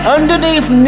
Underneath